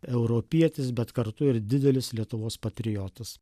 europietis bet kartu ir didelis lietuvos patriotas